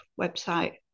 website